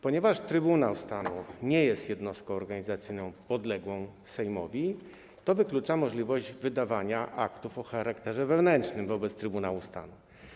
Ponieważ Trybunał Stanu nie jest jednostką organizacyjną podległą Sejmowi, wyklucza to możliwość wydawania aktów o charakterze wewnętrznym wobec Trybunału Stanu.